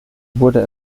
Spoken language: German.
wurde